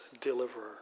deliverer